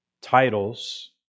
titles